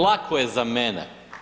Lako je za mene.